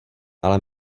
ale